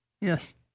Yes